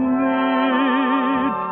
need